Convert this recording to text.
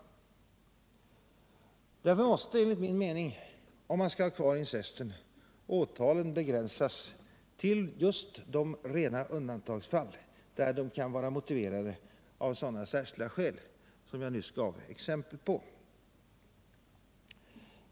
Åtalen måste därför enligt min mening begränsas till rena undantagsfall, där de kan vara motiverade av sådana särskilda skäl som jag nyss gav exempel på.